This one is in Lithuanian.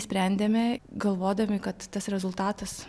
sprendėme galvodami kad tas rezultatas